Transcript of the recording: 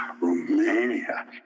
Romania